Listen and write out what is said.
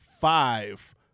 five